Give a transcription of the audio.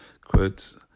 quotes